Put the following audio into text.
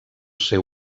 ser